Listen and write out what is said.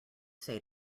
say